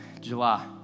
July